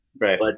Right